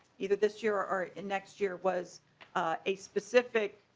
either this year or next year was a specific